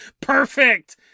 Perfect